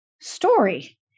story